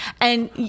and-